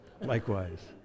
Likewise